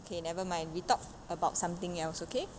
okay never mind we talk about something else okay